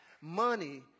Money